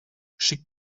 schickt